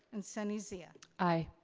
and sunny zia. i.